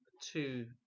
two